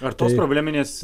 ar tos probleminės